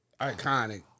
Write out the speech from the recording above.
iconic